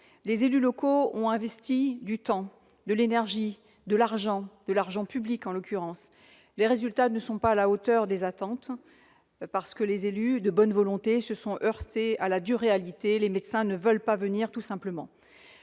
Les élus locaux ont investi du temps, de l'énergie et de l'argent, en l'occurrence de l'argent public. Or les résultats ne sont pas à la hauteur des attentes, parce que les élus de bonne volonté se sont heurtés à la dure réalité : les médecins ne veulent pas venir, tout simplement